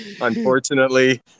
unfortunately